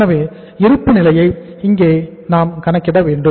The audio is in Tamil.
எனவே இருப்பு நிலையை இங்கே நான் கணக்கிட வேண்டும்